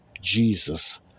Jesus